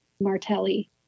Martelli